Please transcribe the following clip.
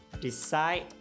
decide